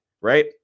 right